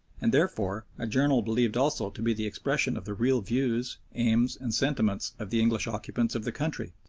and therefore a journal believed also to be the expression of the real views, aims, and sentiments of the english occupants of the country.